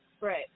Right